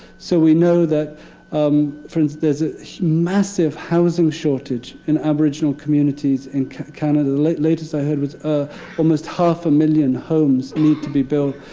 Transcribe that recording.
so we know that um there's a massive housing shortage in aboriginal communities in canada. the latest i heard was ah almost half a million homes need to be built.